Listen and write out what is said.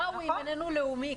מה הוא אם איננו לאומי?